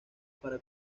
para